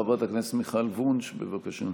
חברת הכנסת מיכל וונש, בבקשה.